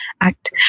act